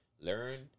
learn